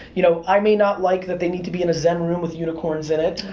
you know, i may not like that they need to be in a zen room with unicorns in it,